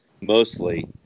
mostly